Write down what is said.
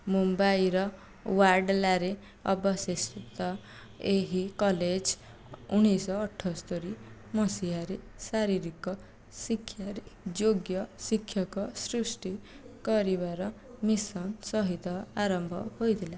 ମୁମ୍ବାଇର ୱାଡ଼୍ଲାରେ ଅବସ୍ଥିତ ଏହି କଲେଜ ଉଣେଇଶହ ଅଠସ୍ତୋରି ମସିହାରେ ଶାରୀରିକ ଶିକ୍ଷାରେ ଯୋଗ୍ୟ ଶିକ୍ଷକ ସୃଷ୍ଟି କରିବାର ମିଶନ୍ ସହିତ ଆରମ୍ଭ ହୋଇଥିଲା